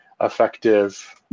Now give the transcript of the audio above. effective